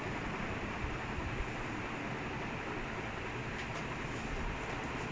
uh ya then if it's that then I might as well do இன்னும் ஆல:innum aala instructions are குடுக்கல இன்னும்:kudukkala innum like